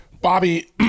Bobby